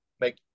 make